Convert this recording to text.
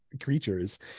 creatures